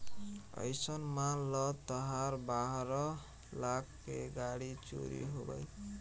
अइसन मान ल तहार बारह लाख के गाड़ी चोरी हो गइल